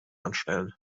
anstellen